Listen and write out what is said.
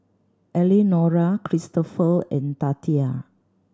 Elenora Kristopher and Tatia